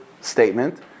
statement